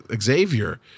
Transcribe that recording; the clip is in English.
Xavier